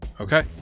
Okay